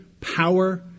power